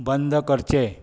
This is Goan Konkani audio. बंद करचें